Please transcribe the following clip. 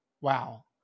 wow